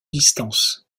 distances